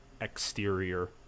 exterior